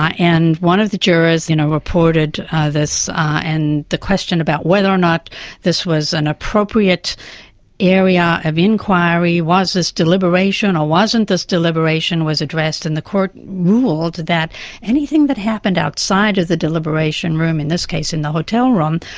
ah and one of the jurors you know reported this and the question about whether or not this was an appropriate area of enquiry was this deliberation or wasn't this deliberation was addressed, and the court ruled that anything that happened outside of the deliberation room, in this case of the hotel room,